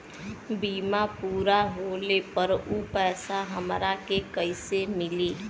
बीमा पूरा होले पर उ पैसा हमरा के कईसे मिली?